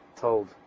told